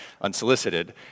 unsolicited